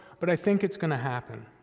but i think it's gonna happen.